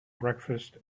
breakfast